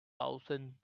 thousand